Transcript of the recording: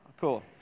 Cool